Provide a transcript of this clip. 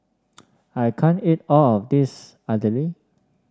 I can't eat all of this Idili